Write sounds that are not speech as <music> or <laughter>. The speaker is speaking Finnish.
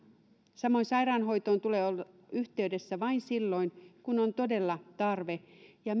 samoin sairaanhoitoon tulee olla yhteydessä vain silloin kun on todella tarve ja <unintelligible>